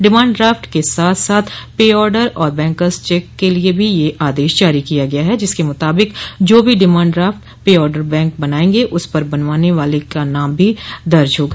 demand draft के साथ साथ पे आर्डर और बैंकर चेक के लिए भी ये आदेश जारी किया गया है जिसके मुताबिक जो भी demand draft pay order bank बनाएंगे उस पर बनवाने वाले का भी नाम दर्ज होगा